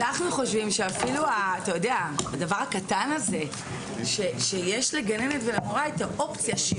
אנחנו חושבים שאפילו הדבר הקטן הזה שיש לגננת ולמורה את האופציה שהיא